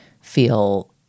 feel